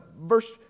Verse